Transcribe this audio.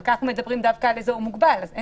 אבל כאן אנחנו מדברים דווקא על אזור מוגבל ולכן